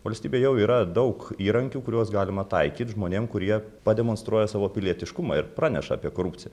valstybėj jau yra daug įrankių kuriuos galima taikyt žmonėm kurie pademonstruoja savo pilietiškumą ir praneša apie korupciją